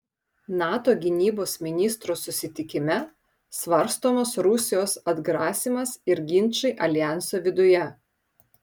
nato gynybos ministrų susitikime svarstomas rusijos atgrasymas ir ginčai aljanso viduje